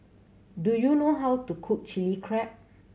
do you know how to cook Chilli Crab